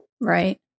right